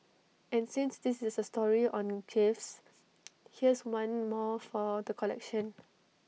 and since this is A story on gaffes here's one more for the collection